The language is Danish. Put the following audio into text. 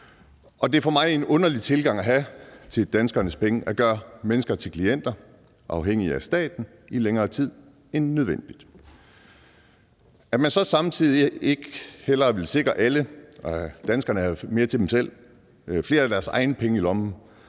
Og det er for mig en underlig tilgang at have til danskernes penge at gøre mennesker til klienter afhængige af staten i længere tid end nødvendigt. At man så samtidig ikke hellere vil sikre alle danskerne mere til sig selv, flere af deres egne penge i lommen,